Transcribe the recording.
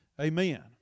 Amen